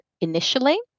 initially